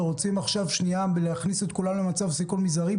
ורוצים להכניס את כולם למצב סיכון מזערי,